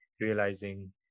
realizing